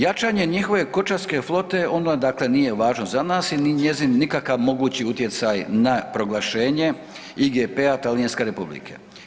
Jačanje njihove kočarske flote, ona dakle nije važna za nas i njezin nikakav mogući utjecaj na proglašenje IGP-a Talijanske Republike.